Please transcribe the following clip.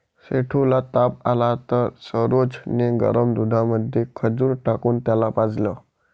सेठू ला ताप आला तर सरोज ने गरम दुधामध्ये खजूर टाकून त्याला पाजलं